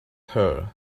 her